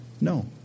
No